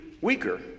weaker